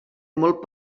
molt